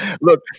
look